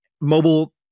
mobile